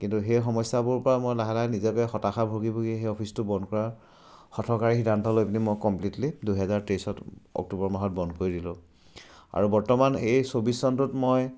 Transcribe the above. কিন্তু সেই সমস্যাবোৰৰপৰা মই লাহে লাহে নিজকে হতাশা ভুগি ভুগি সেই অফিচটো বন্ধ কৰা হঠকাৰী সিদ্ধান্ত লৈ পিনি মই কমপ্লিটলি দুহেজাৰ তেইছত অক্টোবৰ মাহত বন্ধ কৰি দিলোঁ আৰু বৰ্তমান এই চৌবিছ চনটোত মই